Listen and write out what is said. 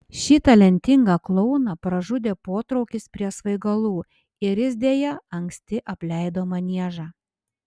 šį talentingą klouną pražudė potraukis prie svaigalų ir jis deja anksti apleido maniežą